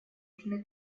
южный